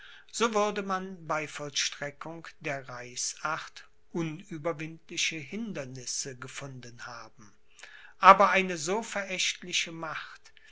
so würde man bei vollstreckung der reichsacht unüberwindliche hindernisse gefunden haben aber eine so verächtliche macht